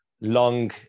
long